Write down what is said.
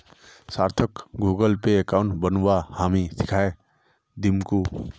सार्थकक Google Pay account बनव्वा हामी सीखइ दीमकु